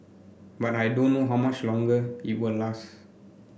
but I don't know how much longer it will last